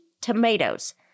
tomatoes